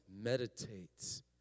meditates